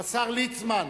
השר ליצמן,